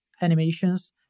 animations